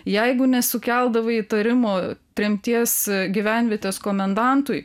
jeigu nesukeldavai įtarimo tremties gyvenvietės komendantui